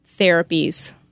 therapies